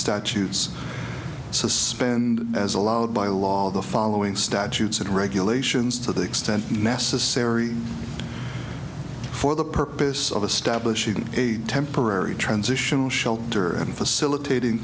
statutes suspend as allowed by law the following statutes and regulations to the extent necessary for the purpose of establishing a temporary transitional shelter and facilitating